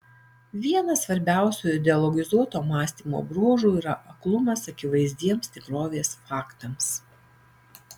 vienas svarbiausių ideologizuoto mąstymo bruožų yra aklumas akivaizdiems tikrovės faktams